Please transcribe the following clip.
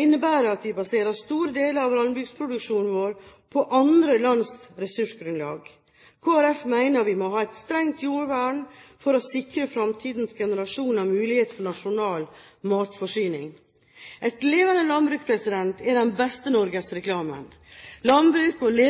innebærer at vi baserer store deler av landbruksproduksjonen vår på andre lands ressursgrunnlag. Kristelig Folkeparti mener vi må ha et strengt jordvern for å sikre fremtidens generasjoner mulighet for nasjonal matforsyning. Et levende landbruk er den beste norgesreklamen. Landbruk og